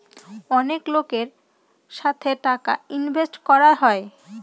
অনেক লোকের সাথে টাকা ইনভেস্ট করা হয়